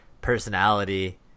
personality